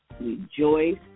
rejoice